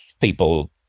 People